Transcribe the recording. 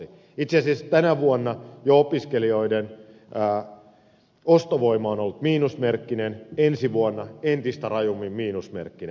itse asiassa jo tänä vuonna opiskelijoiden ostovoima on ollut miinusmerkkinen ensi vuonna se on entistä rajummin miinusmerkkinen